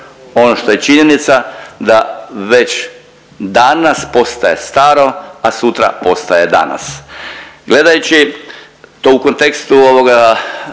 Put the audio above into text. Ono što je činjenica da već danas postaje staro, a sutra postaje danas.